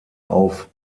auf